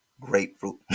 grapefruit